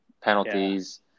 Penalties